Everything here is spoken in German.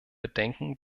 bedenken